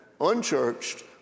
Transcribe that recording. unchurched